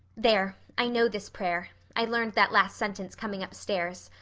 there i know this prayer. i learned that last sentence coming upstairs.